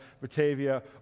Batavia